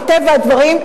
מטבע הדברים,